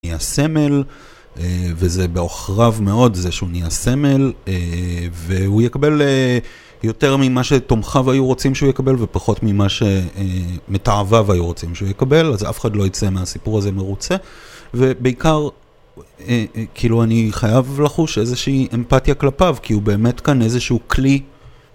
נהיה סמל, וזה בעוכריו מאוד, זה שהוא נהיה סמל, והוא יקבל יותר ממה שתומכיו היו רוצים שהוא יקבל ופחות ממה שמתאביו היו רוצים שהוא יקבל, אז אף אחד לא יצא מהסיפור הזה מרוצה, ובעיקר כאילו אני חייב לחוש איזושהי אמפתיה כלפיו כי הוא באמת כאן איזשהו כלי